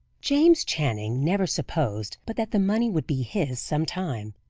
james channing never supposed but that the money would be his some time.